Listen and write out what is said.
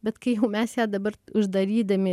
bet kai jau mes ją dabar uždarydami